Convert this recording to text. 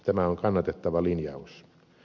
tämä on kannatettava linjaus